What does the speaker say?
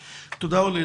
תודה, אורלי.